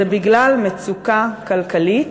זה בגלל מצוקה כלכלית,